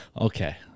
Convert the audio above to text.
Okay